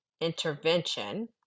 intervention